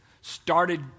Started